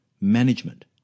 management